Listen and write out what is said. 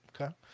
Okay